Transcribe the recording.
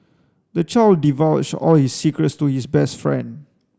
the child divulged all his secrets to his best friend